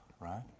right